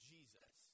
Jesus